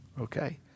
Okay